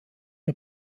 der